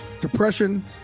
Depression